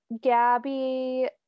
Gabby